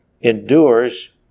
endures